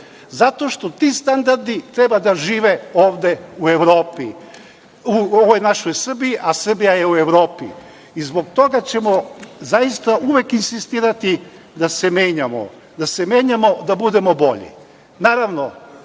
Zato što ti standardi treba da žive ovde u ovoj našoj Srbiji, a Srbija je u Evropi. Zbog toga ćemo zaista uvek insistirati da se menjamo, da se menjamo, da budemo bolji. Naravno,